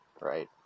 right